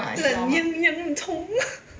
懒洋洋的虫